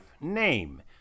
Name